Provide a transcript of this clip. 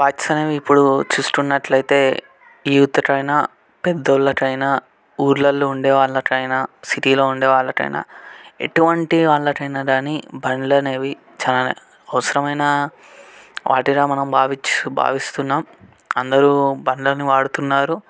bikes అనేవి ఇప్పుడు చూసుకున్నట్లైతే యూత్కి అయినా పెద్దోళ్ళకి అయినా ఊళ్ళలో ఉండే వాళ్ళకి అయినా సిటీలో ఉండేవాళ్ళకి అయినా ఎటువంటి వాళ్ళకి అయినా కానీ బండ్లు అనేవి చాలా అవసరమైన వాటిగా మనం భావిస్తు భావిస్తున్నాము అందరూ బండ్లని వాడుతున్నారు